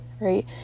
right